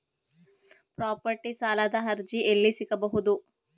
Property ಸಾಲದ ಅರ್ಜಿ ಎಲ್ಲಿ ಸಿಗಬಹುದು?